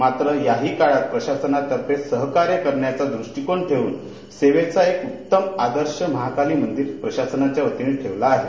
मात्र याही काळात प्रशासनाला सहकार्य करण्याचा दृष्टिकोन ठेऊन सेवेचा एक उत्तम आदर्श महाकाली मंदिर प्रशासनानं ठेवला आहे